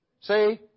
See